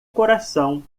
coração